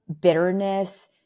bitterness